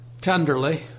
tenderly